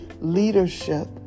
leadership